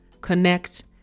connect